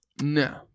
No